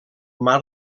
mar